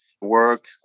work